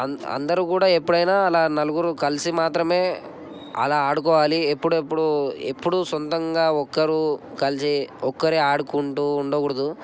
అంద అందరు కూడా ఎప్పుడైనా అలా నలుగురు కలిసి మాత్రమే అలా ఆడుకోవాలి ఎప్పుడెప్పుడు ఎప్పుడు సొంతంగా ఒక్కరు కలిసి ఒకరు ఆడుకుంటు ఉండకూడదు